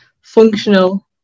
functional